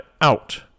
out